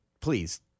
Please